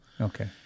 Okay